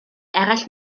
eraill